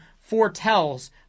foretells